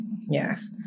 Yes